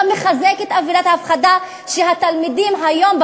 שאתה מחזק את אווירת ההפחדה שהתלמידים שהיו